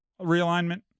realignment